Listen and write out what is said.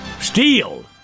steel